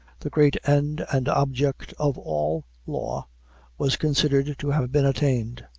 the great end and object of all law was considered to have been attained.